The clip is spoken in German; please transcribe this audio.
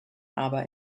aber